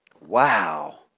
Wow